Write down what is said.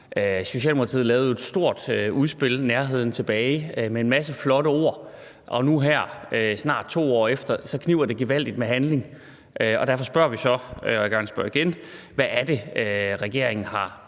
Socialdemokratiet lavede jo et stort udspil, »Nærheden tilbage«, med en masse flotte ord, og nu her snart 2 år efter kniber det gevaldigt med handling. Derfor spørger vi så – og jeg vil gerne spørge igen: Hvad er det, regeringen har